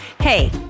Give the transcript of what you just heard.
Hey